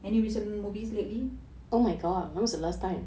any recent movies that you are in